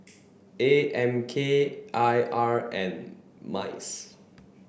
A M K I R and MICE